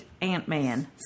Ant-Man